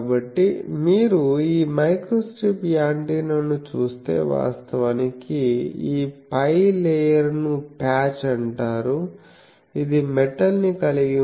కాబట్టి మీరు ఈ మైక్రోస్ట్రిప్ యాంటెన్నాను చూస్తే వాస్తవానికి ఈ పై లేయర్ ను ప్యాచ్ అంటారు ఇది మెటల్ ని కలిగి ఉంటుంది